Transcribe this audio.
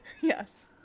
Yes